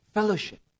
Fellowship